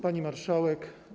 Pani Marszałek!